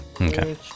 Okay